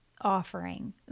offering